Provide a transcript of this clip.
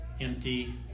empty